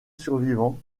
survivant